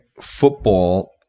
football